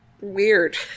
weird